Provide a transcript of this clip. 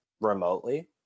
remotely